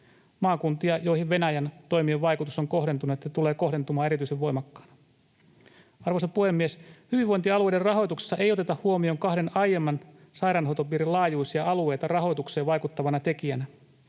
maakuntia, joihin Venäjän toimien vaikutus on kohdentunut ja tulee kohdentumaan erityisen voimakkaana. Arvoisa puhemies! Hyvinvointialueiden rahoituksessa ei oteta huomioon kahden aiemman sairaanhoitopiirin laajuisia alueita rahoitukseen vaikuttavana tekijänä.